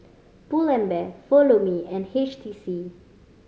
Pull and Bear Follow Me and H T C